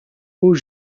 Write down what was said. aux